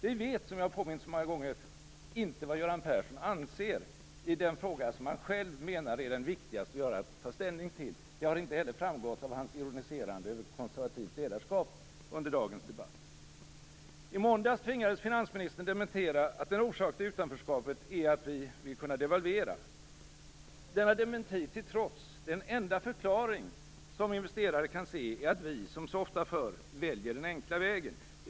Vi vet inte, som jag har påmint om så många gånger, vad Göran Persson anser i den fråga som han själv menar är den viktigaste vi har att ta ställning till. Det har inte heller framgått av hans ironiserande över konservativt ledarskap under dagens debatt. I måndags tvingades finansministern dementera att en orsak till utanförskapet är att vi vill kunna devalvera. Denna dementi till trots, är den enda förklaring som investerare kan se att vi, som så ofta förr, väljer den enkla vägen.